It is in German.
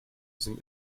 sind